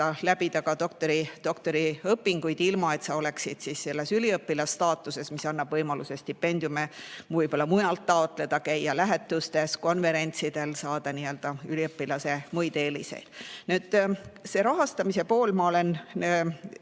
läbida doktoriõpinguid, ilma et sa oleksid selles üliõpilase staatuses, mis annab võimaluse stipendiume mujalt taotleda, käia lähetustes, konverentsidel ja saada üliõpilase muid eeliseid. Nüüd see rahastamise pool. Selles